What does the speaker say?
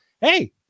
hey